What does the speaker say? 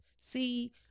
see